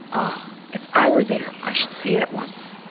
ah! if i were there, i should see it at once.